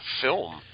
film